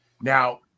Now